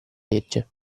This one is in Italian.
legge